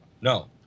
No